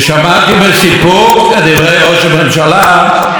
שאמר קודם בנאומו על הערך העליון של